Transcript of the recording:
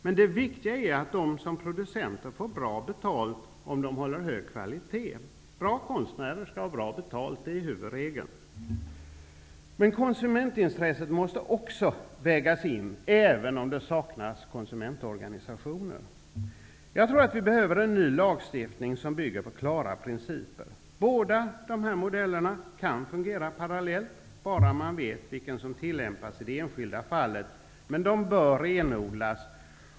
Men det viktiga är att konstnärer som producenter får bra betalt om de håller hög kvalitet. Bra konstnärer skall ha bra betalt, det är huvudregeln. Konsumentintresset måste också vägas in, även om det saknas konsumentorganisationer. Jag tror att vi behöver en ny lagstiftning som bygger på klara principer. Båda modellerna kan fungera parallellt, bara man vet vilken som tillämpas i det enskilda fallet. Modellerna bör dock renodlas.